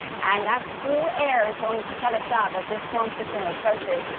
and that cool air is going to set us up as this storm system approaches.